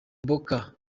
mboka